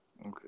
Okay